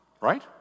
Right